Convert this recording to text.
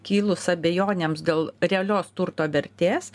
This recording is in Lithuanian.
kilus abejonėms dėl realios turto vertės